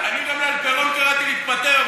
אני גם לאלפרון קראתי להתפטר,